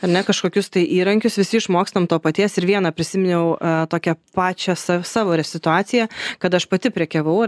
ar ne kažkokius tai įrankius visi išmokstam to paties ir vieną prisiminiau tokia pačią save savo situaciją kad aš pati prekiavau ar